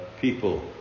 people